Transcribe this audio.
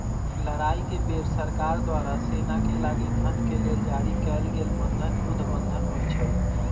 लड़ाई के बेर सरकार द्वारा सेनाके लागी धन के लेल जारी कएल गेल बन्धन युद्ध बन्धन होइ छइ